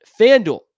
Fanduel